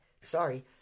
sorry